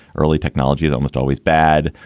early technology is almost always bad.